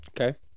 Okay